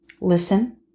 listen